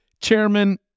chairman